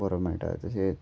बरो मेळटा तशेंच